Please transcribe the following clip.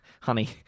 honey